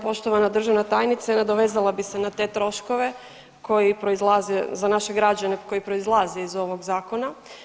Poštovana državna tajnice nadovezala bih se na te troškove koji proizlaze, za naše građane koji proizlaze iz ovog zakona.